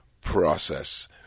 process